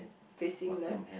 facing left